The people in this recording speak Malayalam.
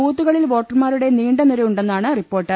ബൂത്തുകളിൽ വോട്ടർമാരുടെ നീണ്ടനിര ഉണ്ടെ ന്നാണ് റിപ്പോർട്ട്